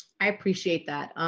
i appreciate that.